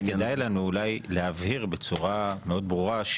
אני חושב שכדאי לנו אולי להבהיר בצורה מאוד ברורה,